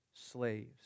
slaves